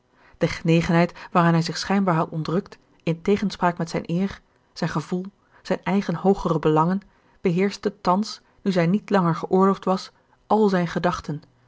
de genegenheid waaraan hij zich schijnbaar had ontrukt in tegenspraak met zijn eer zijn gevoel zijn eigen hoogere belangen beheerschte thans nu zij niet langer geoorloofd was al zijn gedachten